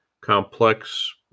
complex